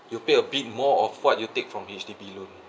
you pay a bit more of what you take from H_D_B loan